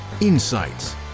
insights